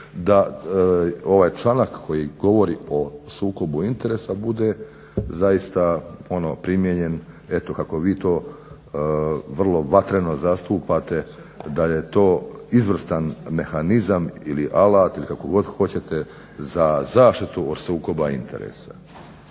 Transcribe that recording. da ovaj članak koji govori o sukobu interesa bude zaista primijenjen eto kako vi to vrlo vatreno zastupate, da je to izvrstan mehanizam ili alat ili kako god hoćete za zaštitu od sukoba interesa.